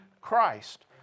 Christ